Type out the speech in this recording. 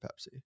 Pepsi